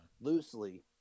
loosely